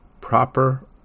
proper